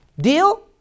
Deal